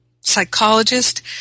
psychologist